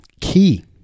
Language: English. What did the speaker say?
key